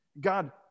God